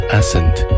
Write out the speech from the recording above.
Ascent